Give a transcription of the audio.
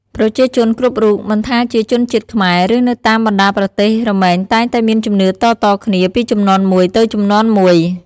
ប្រជាជនគ្រប់រូបមិនថាជាជនជាតិខ្មែរ ឬនៅតាមបណ្តាប្រទេសរមែងតែងតែមានជំនឿតៗគ្នាពីជំនាន់មួយទៅជំនាន់មួយ។